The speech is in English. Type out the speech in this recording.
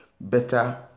better